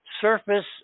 surface